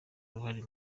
uruhare